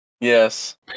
Yes